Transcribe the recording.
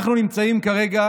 אנחנו נמצאים כרגע